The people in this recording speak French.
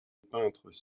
peintres